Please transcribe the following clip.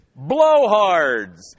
blowhards